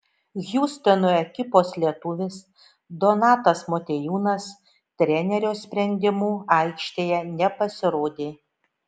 hjustono ekipos lietuvis donatas motiejūnas trenerio sprendimu aikštėje nepasirodė